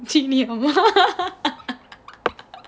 Seeniyamma: chinniyamma